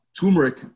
Turmeric